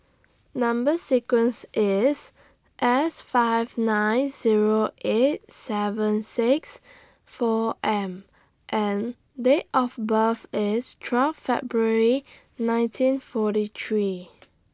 Number sequence IS S five nine Zero eight seven six four M and Date of birth IS twelve February nineteen forty three